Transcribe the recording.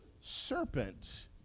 serpent